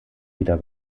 wieder